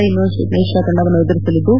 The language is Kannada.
ಇಂಡೋನೇಷ್ಯಾ ತಂಡವನ್ನು ಎದುರಿಸಲಿದ್ದು